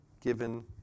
given